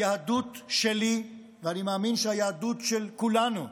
היהדות שלי, ואני מאמין שהיהדות של כולנו,